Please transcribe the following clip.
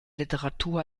literatur